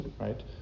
Right